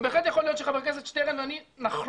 ובהחלט יכול להיות שחבר הכנסת שטרן ואני נחלוק